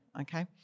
okay